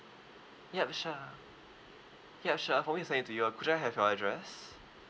yup sure yup sure I've always to your could I have your address